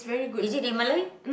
is it in Malay